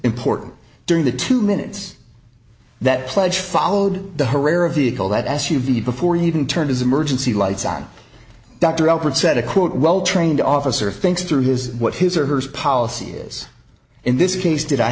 important during the two minutes that pledge followed the herrera vehicle that s u v before he even turned his emergency lights on dr alford said a quote well trained officer thinks through his what his or hers policy is in this case did i